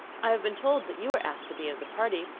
i have been told that you were asked to be of the party.